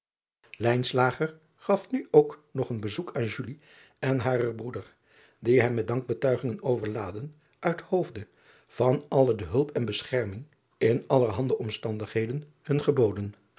gaf nu ook nog een bezoek aan en haren broeder die hem met dankbetuigingen overlaadden uit hoofde van al de hulp en bescherming in allerhande omstandigheden hun geboden